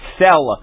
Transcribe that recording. sell